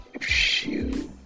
shoot